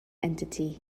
entity